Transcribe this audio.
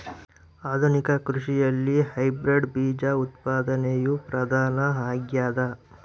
ಆಧುನಿಕ ಕೃಷಿಯಲ್ಲಿ ಹೈಬ್ರಿಡ್ ಬೇಜ ಉತ್ಪಾದನೆಯು ಪ್ರಧಾನ ಆಗ್ಯದ